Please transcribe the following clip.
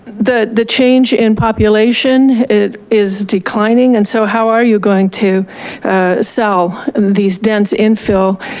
the the change in population, it is declining. and so how are you going to sell these dense infill?